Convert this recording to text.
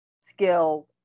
skill